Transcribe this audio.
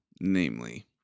namely